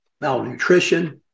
malnutrition